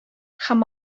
һәм